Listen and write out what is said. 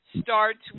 starts